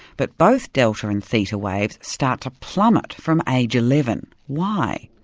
but both delta and theta waves start to plummet from age eleven. why?